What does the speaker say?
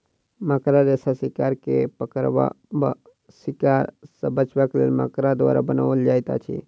मकड़ा रेशा शिकार के पकड़बा वा शिकार सॅ बचबाक लेल मकड़ा द्वारा बनाओल जाइत अछि